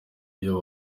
ivyo